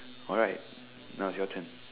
alright now's your turn